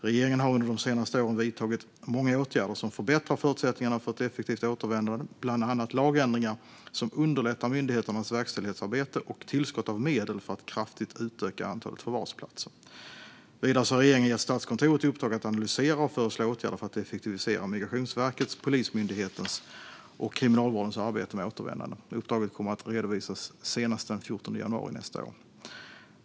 Regeringen har under de senaste åren vidtagit många åtgärder som förbättrar förutsättningarna för ett effektivt återvändande, bland annat lagändringar som underlättar myndigheternas verkställighetsarbete och tillskott av medel för att kraftigt utöka antalet förvarsplatser. Vidare har regeringen gett Statskontoret i uppdrag att analysera och föreslå åtgärder för att effektivisera Migrationsverkets, Polismyndighetens och Kriminalvårdens arbete med återvändande. Uppdraget kommer att redovisas senast den 14 januari nästa år.